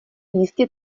jistě